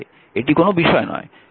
এটি কোনও বিষয় নয়